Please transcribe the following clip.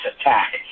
attack